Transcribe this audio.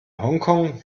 hongkong